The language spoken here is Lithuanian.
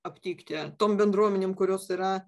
aptikti tom bendruomenėm kurios yra